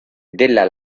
della